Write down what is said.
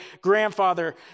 grandfather